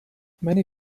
many